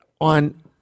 On